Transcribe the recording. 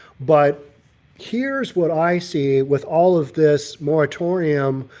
but here's what i see with all of this moratorium,